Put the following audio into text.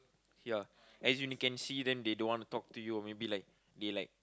ya as in you can see them they don't want to talk to you or maybe like they like